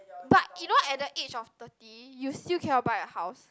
but you know at the age of thirty you still cannot buy a house